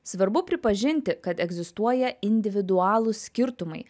svarbu pripažinti kad egzistuoja individualūs skirtumai